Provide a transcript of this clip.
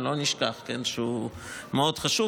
לא נשכח שהוא מאוד חשוב,